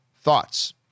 thoughts